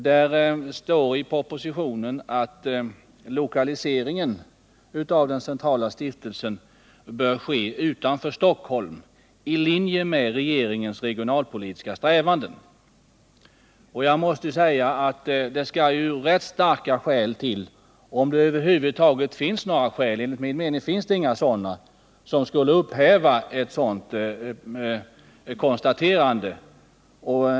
Det står i propositionen att lokaliseringen av den centrala stiftelsen bör ske utanför Stockholm, i linje med regeringens regionalpolitiska strävanden. Jag måste säga att det skall rätt starka skäl till — om det över huvud taget finns några skäl, enligt min mening finns det inga sådana — som skulle upphäva ett sådant konstaterande.